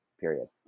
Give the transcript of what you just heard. Period